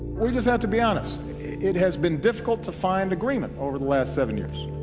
we just have to be honest it has been difficult to find agreement over the last seven years.